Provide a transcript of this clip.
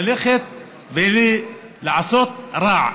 ללכת ולעשות רע,